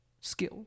skill